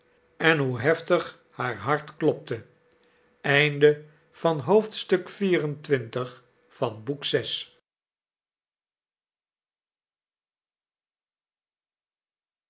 en hoe heftig haar hart klopte